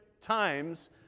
times